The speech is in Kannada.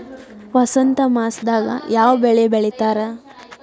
ವಸಂತ ಮಾಸದಾಗ್ ಯಾವ ಬೆಳಿ ಬೆಳಿತಾರ?